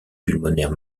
pulmonaire